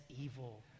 evil